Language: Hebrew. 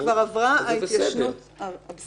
המחלוקת הובאה לפה באופן מלא.